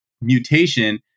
mutation